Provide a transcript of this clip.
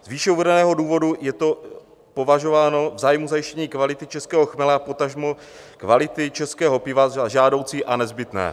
Z výše uvedeného důvodu je to považováno v zájmu zajištění kvality českého chmele a potažmo kvality českého piva za žádoucí a nezbytné.